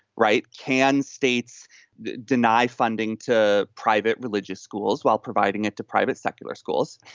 right? can states deny funding to private religious schools while providing it to private secular schools?